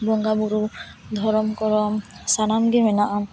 ᱵᱚᱸᱜᱟ ᱵᱳᱨᱳ ᱫᱷᱚᱨᱚᱢ ᱠᱚᱨᱚᱢ ᱥᱟᱱᱟᱢ ᱜᱤ ᱢᱮᱱᱟᱜᱼᱟ